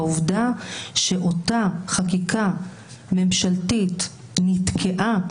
העובדה שאותה חקיקה ממשלתית נתקעה.